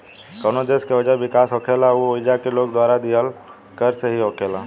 कवनो देश के वजह विकास होखेला उ ओइजा के लोग द्वारा दीहल कर से ही होखेला